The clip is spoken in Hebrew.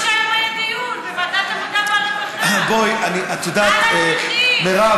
אני אמרתי שהיום היה דיון בוועדת העבודה והרווחה על הנכים.